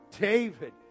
David